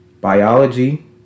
biology